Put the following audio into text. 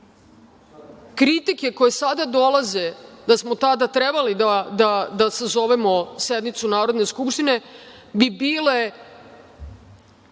kritike koje sada dolaze da smo tada trebali da sazovemo sednicu Narodne skupštine i dalje